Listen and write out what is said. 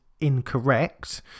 incorrect